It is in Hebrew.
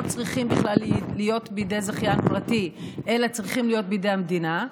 לא צריכים בכלל להיות בידי זכיין פרטי אלא צריכים להיות בידי המדינה,